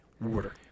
Water